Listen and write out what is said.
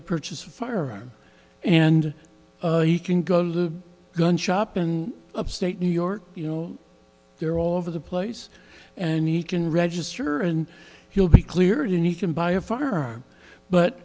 to purchase a firearm and he can go to the gun shop in upstate new york you know they're all over the place and he can register and he'll be cleared and he can buy a firearm but